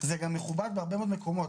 זה גם בהרבה מקומות,